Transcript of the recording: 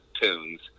tunes